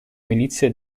milizia